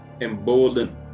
embolden